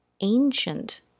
ancient